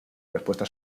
respuesta